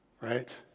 Right